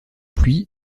pluies